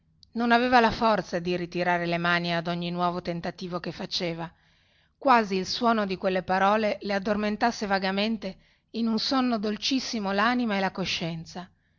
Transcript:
non aveva la forza di ritirare le mani ad ogni nuovo tentativo che faceva quasi il suono di quelle parole le addormentasse vagamente in un sonno dolcissimo lanima e la coscienza